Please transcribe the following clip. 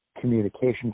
communication